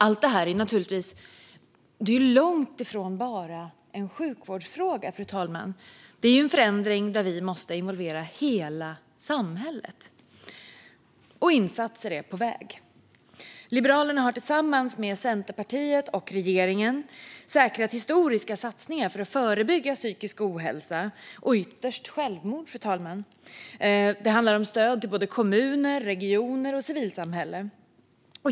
Allt detta är långt ifrån bara en sjukvårdsfråga, fru talman. Det är en förändring där vi måste involvera hela samhället, och insatser är på väg. Liberalerna har tillsammans med Centerpartiet och regeringen säkrat historiska satsningar för att förebygga psykisk ohälsa och ytterst självmord, fru talman. Det handlar om stöd till både kommuner, regioner och civilsamhället.